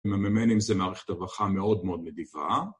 ‫מממן עם זה מערכת הדרכה ‫מאוד מאוד נדיבה.